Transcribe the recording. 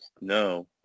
No